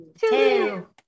two